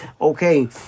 Okay